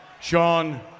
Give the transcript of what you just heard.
Sean